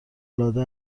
العاده